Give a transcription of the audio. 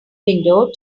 window